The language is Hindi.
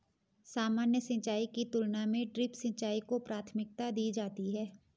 सामान्य सिंचाई की तुलना में ड्रिप सिंचाई को प्राथमिकता दी जाती है